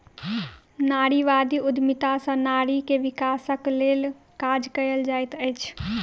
नारीवादी उद्यमिता सॅ नारी के विकासक लेल काज कएल जाइत अछि